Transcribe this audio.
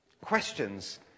Questions